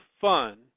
fun